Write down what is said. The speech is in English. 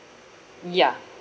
ya